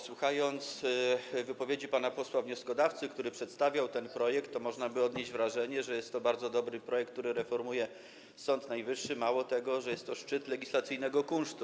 Słuchając wypowiedzi pana posła wnioskodawcy, który przedstawiał ten projekt, można by odnieść wrażenie, że jest to bardzo dobry projekt, który reformuje Sąd Najwyższy, mało tego, że jest to szczyt legislacyjnego kunsztu.